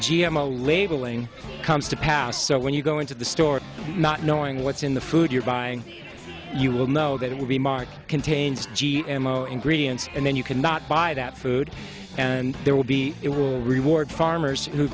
o labeling comes to pass so when you go into the store not knowing what's in the food you're buying you will know that it will be marked contains g m o ingredients and then you cannot buy that food and there will be it will reward farmers who